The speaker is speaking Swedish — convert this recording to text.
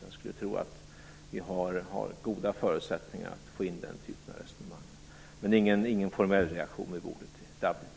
Jag skulle tro att vi har goda förutsättningar att få in den typen av resonemang, men det blev ingen formell reaktion vid bordet i Dublin.